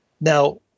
Now